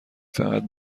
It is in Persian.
فقط